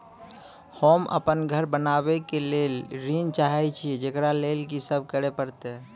होम अपन घर बनाबै के लेल ऋण चाहे छिये, जेकरा लेल कि सब करें परतै?